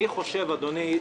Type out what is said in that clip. אדוני,